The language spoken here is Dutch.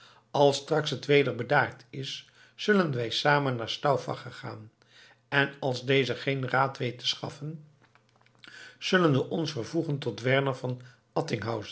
als straks het weder bedaard is zullen wij samen naar stauffacher gaan en als deze geen raad weet te schaffen zullen we ons vervoegen tot werner van